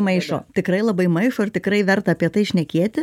maišo tikrai labai maišo ir tikrai verta apie tai šnekėti